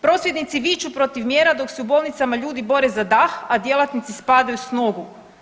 Prosvjednici viču protiv mjera dok se u bolnicama ljudi bore za dah, a djelatnici spadaju s nogu.